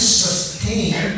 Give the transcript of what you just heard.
sustain